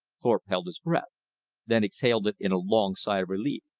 thorpe held his breath then exhaled it in a long sigh of relief.